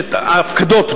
שההפקדות,